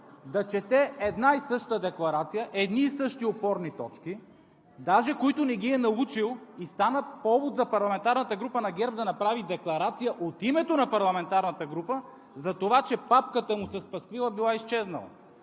да чете една и съща декларация, едни и същи опорни точки – даже, които не ги е научил, и стана повод за парламентарната група на ГЕРБ да направи декларация от името на парламентарната група затова, че папката му с пасквила била изчезнала.